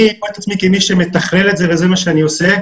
אני רואה את עצמי כמי שמתכלל את זה וזה מה שאני עושה,